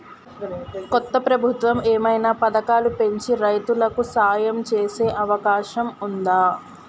కొత్త ప్రభుత్వం ఏమైనా పథకాలు పెంచి రైతులకు సాయం చేసే అవకాశం ఉందా?